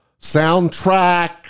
soundtrack